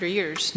years